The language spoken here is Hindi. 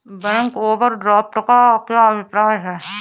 बैंक ओवरड्राफ्ट का क्या अभिप्राय है?